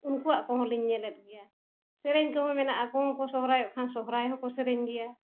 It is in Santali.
ᱩᱱᱠᱩᱣᱟᱜ ᱠᱚᱦᱚᱸ ᱞᱤᱧ ᱧᱮᱞᱮᱫ ᱜᱮᱭᱟ ᱥᱮᱨᱮᱧ ᱠᱚᱦᱚᱸ ᱢᱮᱱᱟᱜᱼᱟ ᱟᱠᱚ ᱦᱚᱸᱠᱚ ᱥᱚᱦᱨᱟᱭᱚᱜ ᱠᱷᱟᱱ ᱥᱚᱦᱨᱟᱭ ᱦᱚᱸᱠᱚ ᱥᱮᱨᱮᱧ ᱜᱮᱭᱟ